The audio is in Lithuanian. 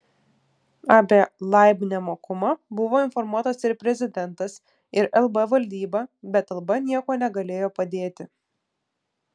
apie laib nemokumą buvo informuotas ir prezidentas ir lb valdyba bet lb niekuo negalėjo padėti